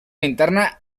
linterna